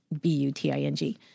B-U-T-I-N-G